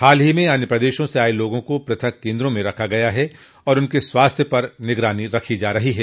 हाल ही में अन्य प्रदेशों से आए लोगों को पृथक केन्द्रों में रखा है और उनके स्वास्थ्य पर निगरानी रखी जा रही है